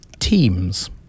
teams